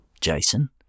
Jason